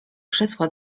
krzesła